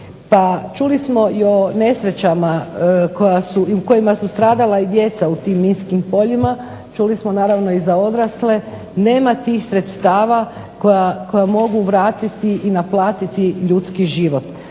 čuli smo i o nesrećama u kojima su stradala i djeca u tim minskim poljima. Čuli smo naravno i za odrasle. Nema tih sredstava koja mogu vratiti i naplatiti ljudski život.